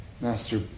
Master